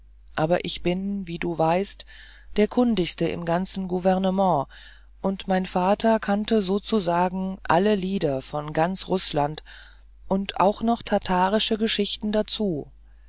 aber ich bin wie du weißt der kundigste im ganzen gouvernement und mein vater kannte sozusagen alle lieder von ganz rußland und auch noch tatarische geschichten dazu